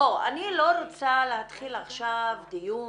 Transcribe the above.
בואו, אני לא רוצה להתחיל עכשיו דיון